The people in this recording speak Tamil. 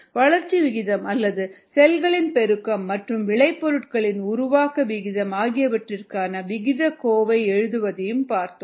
வளர்ச்சி விகிதம் அல்லது செல்களின் பெருக்கம் மற்றும் விளைபொருட்களின் உருவாக்க விகிதம் ஆகியவற்றிற்கான விகித கோவை எழுதுவதைப் பார்த்தோம்